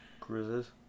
cruises